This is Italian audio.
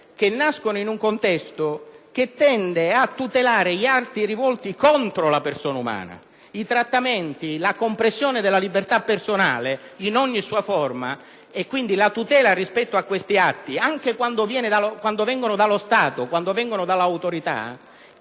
nascono in un contesto che tende a tutelare gli atti rivolti contro la persona umana, i trattamenti, la compressione della libertà personale in ogni sua forma. La tutela rispetto a questi atti, dunque, anche quando vengono dallo Stato e dall'autorità